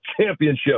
championship